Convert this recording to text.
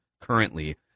currently